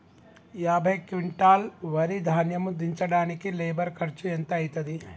యాభై క్వింటాల్ వరి ధాన్యము దించడానికి లేబర్ ఖర్చు ఎంత అయితది?